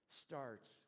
starts